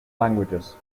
languages